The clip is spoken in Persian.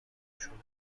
خشونت